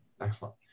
Excellent